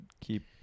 keep